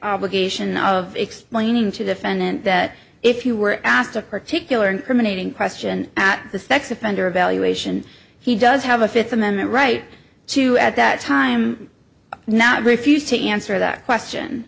obligation of explaining to defendant that if you were asked a particular incriminating question at the sex offender evaluation he does have a fifth amendment right to at that time not refuse to answer that question